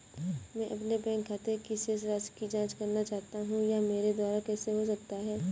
मैं अपने बैंक खाते की शेष राशि की जाँच करना चाहता हूँ यह मेरे द्वारा कैसे हो सकता है?